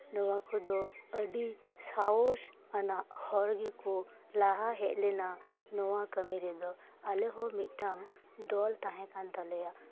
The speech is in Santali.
ᱱᱚᱣᱟ ᱠᱚᱫᱚ ᱟᱹᱰᱤ ᱥᱟᱦᱚᱥ ᱟᱱᱟᱜ ᱦᱚᱲ ᱜᱮᱠᱚ ᱞᱟᱦᱟ ᱦᱮᱡ ᱞᱮᱱᱟ ᱱᱚᱣᱟ ᱠᱟᱹᱢᱤ ᱨᱮᱫᱚ ᱟᱞᱮᱦᱚᱸ ᱢᱤᱫᱴᱟᱱ ᱫᱚᱞ ᱛᱟᱸᱦᱮ ᱠᱟᱱ ᱛᱟᱞᱮᱭᱟ